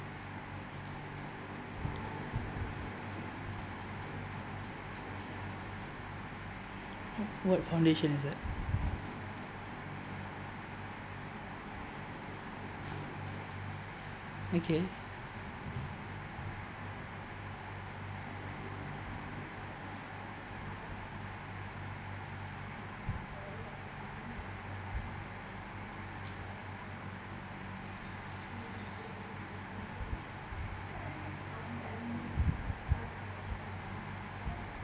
what foundation is that okay